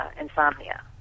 insomnia